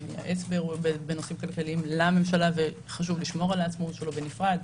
הוא מייעץ בנושאים כלכליים לממשלה וחשוב לשמור על העצמאות שלו בנפרד.